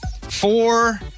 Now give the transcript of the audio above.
Four